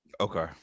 Okay